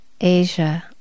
Asia